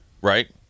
Right